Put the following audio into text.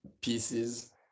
pieces